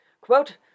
Quote